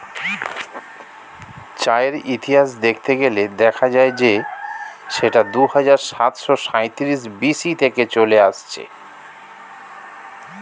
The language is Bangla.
চায়ের ইতিহাস দেখতে গেলে দেখা যায় যে সেটা দুহাজার সাতশো সাঁইত্রিশ বি.সি থেকে চলে আসছে